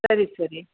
ಸರಿ ಸರಿ